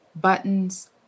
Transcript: buttons